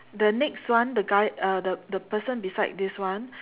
the next one the guy uh the the person beside this one